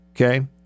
Okay